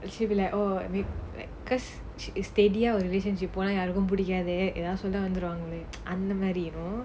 she'll be like oh we like because she steady our relationship போன யாருக்கும் பிடிக்காதே எதாவுது சொல்ல வந்துடுவாங்களே அந்த மாறி:ponaa yaarukkum pidikathae ethaavuthu solla vanthuduvaangala antha maari you know